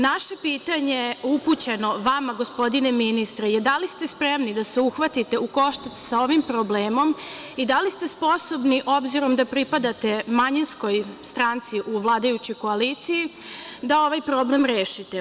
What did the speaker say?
Naše pitanje upućeno vama, gospodine ministre, je da li ste spremni da se uhvatite u koštac sa ovim problemom i da li ste sposobni, obzirom da pripadate manjinskoj stranci u vladajućoj koaliciji, da ovaj problem rešite?